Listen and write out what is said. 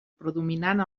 predominant